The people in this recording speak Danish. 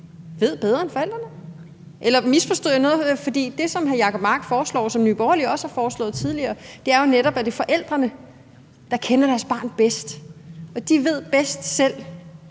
ved bedre end forældrene – eller misforstod jeg noget? For det, som hr. Jacob Mark foreslår, og som Nye Borgerlige også har foreslået tidligere, bygger jo netop på, at det er forældrene, der kender deres barn bedst, og at de bedst selv